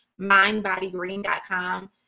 mindbodygreen.com